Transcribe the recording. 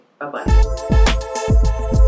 Bye-bye